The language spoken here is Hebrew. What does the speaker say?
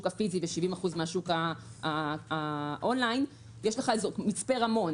הפיזי ו-70% משוק האון ליין יש מצפה רמון.